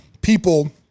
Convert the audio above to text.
people